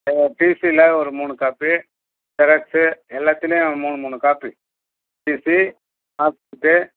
டீசியில ஒரு மூணு copy xerox எல்லாத்துலையும் ஒரு மூணு மூணு காப்பி டீசி மார்க்சீட்டு